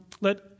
let